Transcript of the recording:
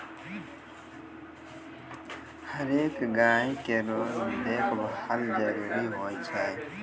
हरेक गाय केरो देखभाल जरूरी होय छै